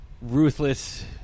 ruthless